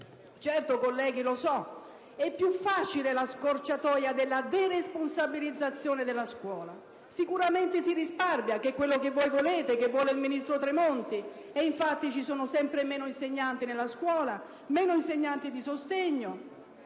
Certo, colleghi, lo so che è più facile la scorciatoia della deresponsabilizzazione della scuola. Sicuramente si risparmia, ed è ciò che voi volete e che vuole il ministro Tremonti: infatti ci sono sempre meno insegnanti nella scuola, meno insegnanti di sostegno;